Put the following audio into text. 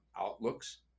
outlooks